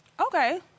okay